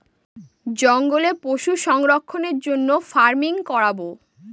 জঙ্গলে পশু সংরক্ষণের জন্য ফার্মিং করাবো